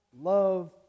love